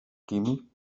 químic